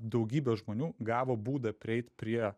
daugybė žmonių gavo būdą prieit prie